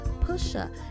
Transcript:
pusher